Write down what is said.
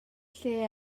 lle